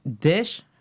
dish